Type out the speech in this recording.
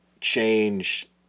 change